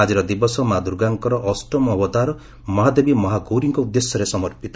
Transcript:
ଆଜିର ଦିବସ ମା' ଦୂର୍ଗାଙ୍କର ଅଷ୍ଟମ ଅବତାର ମହାଦେବୀ ମହାଗୌରୀଙ୍କ ଉଦ୍ଦେଶ୍ୟରେ ସମର୍ପିତ